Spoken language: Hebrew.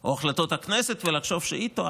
או את החלטות הכנסת ולחשוב שהיא טועה,